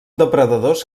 depredadors